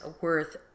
worth